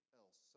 else